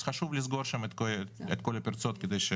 אז חשוב לסגור שם את כל הפרצות כדי,